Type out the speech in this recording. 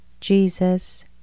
Jesus